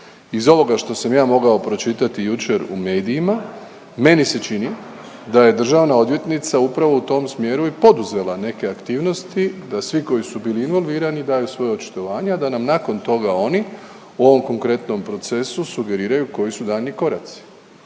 Iz ovoga što sam ja mogao pročitati jučer u medijima meni se čini da je državna odvjetnica upravo u tom smjeru i poduzela neke aktivnosti da svi koji su bili involvirani daju svoje očitovanje, a da im nakon toga oni u ovom konkretnom procesu sugeriraju koji su daljnji koraci.